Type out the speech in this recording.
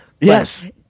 Yes